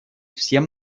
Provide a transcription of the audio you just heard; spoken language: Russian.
всем